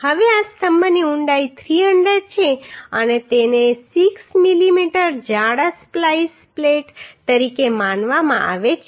હવે આ સ્તંભની ઊંડાઈ 300 છે અને તેને 6 મીમી જાડા સ્પ્લાઈસ પ્લેટ તરીકે માનવામાં આવે છે